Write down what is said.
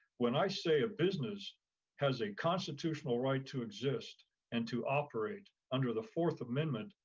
when i say a business has a constitutional right to exist and to operate under the fourth amendment,